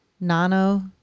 nano